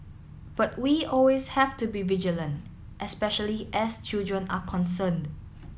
but we always have to be vigilant especially as children are concerned